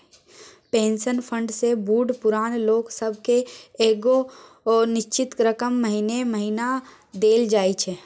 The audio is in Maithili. पेंशन फंड सँ बूढ़ पुरान लोक सब केँ एगो निश्चित रकम महीने महीना देल जाइ छै